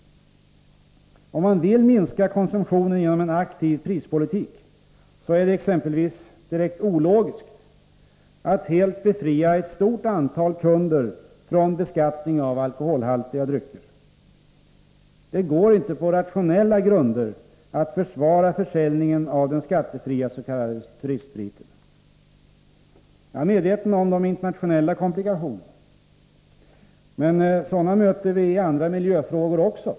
Om regeringen vill minska konsumtionen genom en aktiv prispolitik är det exempelvis direkt ologiskt att helt befria ett stort antal kunder från beskattning av alkoholhaltiga drycker. Det går inte att på rationella grunder försvara försäljningen av den skattefria s.k. turistspriten. Jag är medveten om de internationella komplikationerna, men sådana möter vi också i samband med andra frågor.